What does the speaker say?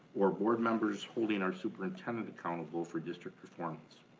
or board members holding our superintendent accountable for district performance.